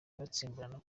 basimburana